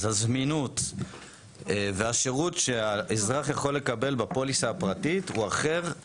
אז הזמינות והשירות שהאזרח יכול לקבל בפוליסה הפרטית הוא אחר.